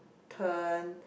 turn